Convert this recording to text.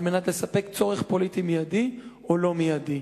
על מנת לספק צורך פוליטי מיידי או לא מיידי.